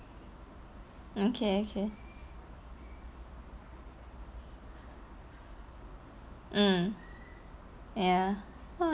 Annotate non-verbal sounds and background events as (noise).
okay okay mm ya (noise)